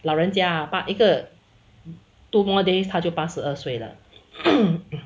老人家啊一个 two more days 他就八十二岁了